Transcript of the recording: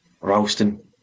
Ralston